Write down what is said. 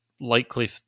likely